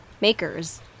makers